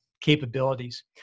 capabilities